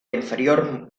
inferior